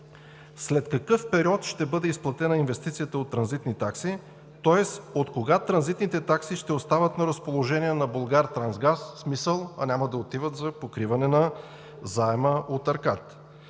След какъв период ще бъде изплатена инвестицията от транзитни такси, тоест откога транзитните такси ще остават на разположение на „Булгартрансгаз“ в смисъл, а няма да откриват за покриване на заема от „Аркат“?